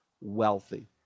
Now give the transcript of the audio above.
wealthy